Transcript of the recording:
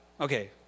Okay